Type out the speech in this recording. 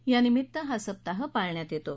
यानिमित्त हा सप्ताह पाळण्यात येतो